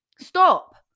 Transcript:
Stop